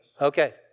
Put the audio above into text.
Okay